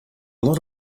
lot